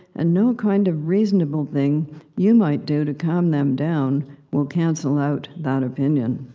and no kind of reasonable thing you might do to calm them down will cancel out that opinion.